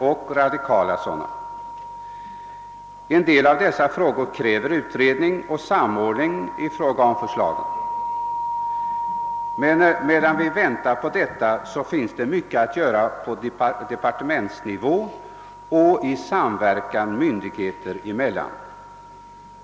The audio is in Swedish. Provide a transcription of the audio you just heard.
Förslagen beträffande en del av dessa frågor kräver utredning och samordning. Men medan vi väntar härpå finns det mycket att göra på departementsnivå och i samverkan myndigheterna emellan.